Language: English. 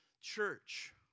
church